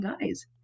guys